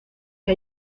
que